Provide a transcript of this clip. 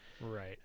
right